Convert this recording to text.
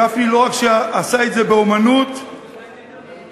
גפני, לא רק שעשה את זה באמנות, עמדנו,